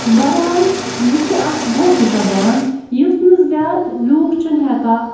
بہرحال یہِ چھِ اَکھ ووکھٕ زَبان یُس نہٕ زیادٕ لوٗکھ چھِنہٕ ہٮ۪کان